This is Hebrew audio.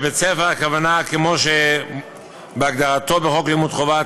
"בית-ספר" הכוונה היא כמו בהגדרתו בחוק לימוד חובה,